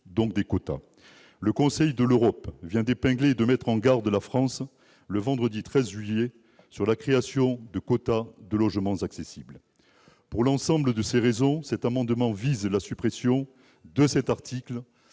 des quotas. Le Conseil de l'Europe, quant à lui, vient d'épingler et de mettre en garde la France, le vendredi 13 juillet dernier, sur la création de quotas de logements accessibles. Pour l'ensemble de ces raisons, nous souhaitons la suppression de cet article,